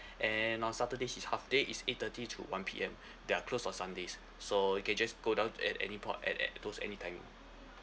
and on saturdays is half day is eight thirty to one P_M they are close on sundays so you can just go down at any point at at those any timing